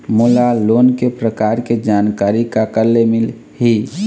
मोला लोन के प्रकार के जानकारी काकर ले मिल ही?